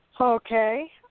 Okay